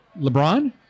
lebron